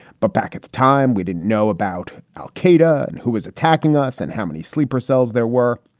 but back at the time, we didn't know about al-qaeda and who was attacking us and how many sleeper cells there were.